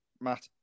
Matt